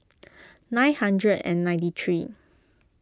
nine hundred and ninety three